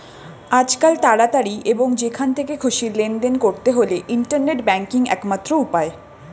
আজকাল তাড়াতাড়ি এবং যেখান থেকে খুশি লেনদেন করতে হলে ইন্টারনেট ব্যাংকিংই একমাত্র উপায়